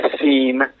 scene